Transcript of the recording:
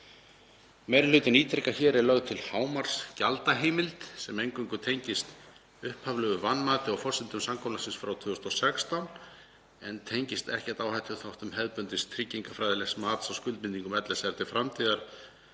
Meiri hlutinn ítrekar að hér er lögð til hámarksgjaldaheimild sem eingöngu tengist upphaflegu vanmati á forsendum samkomulagsins frá 2016, en tengist ekkert áhættuþáttum hefðbundins tryggingafræðilegs mats á skuldbindingum LSR til framtíðar,